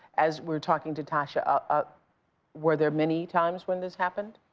as we're talking to tascha, ah ah were there many times when this happened?